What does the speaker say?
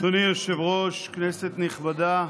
אדוני היושב-ראש, כנסת נכבדה,